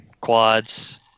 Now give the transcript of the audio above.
quads